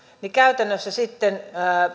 ja käytännössä sitten